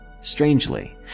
Strangely